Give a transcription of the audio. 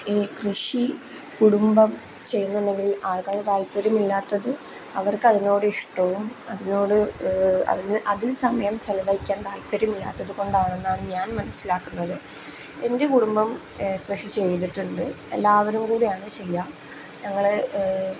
ഈ കൃഷി കുടുംബം ചെയ്യുന്നുണ്ടെങ്കിൽ ആൾക്കാർ താല്പര്യമില്ലാത്തത് അവർക്കതിനോട് ഇഷ്ടവും അതിനോട് അതിൽ സമയം ചെലവഴിക്കാൻ താല്പര്യമില്ലാത്തത് കൊണ്ടാണെന്നാണ് ഞാൻ മനസ്സിലാക്കുന്നത് എൻ്റെ കുടുംബം കൃഷി ചെയ്തിട്ടുണ്ട് എല്ലാവരും കൂടെയാണ് ചെയ്യുക ഞങ്ങൾ